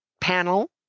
panel